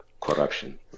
corruption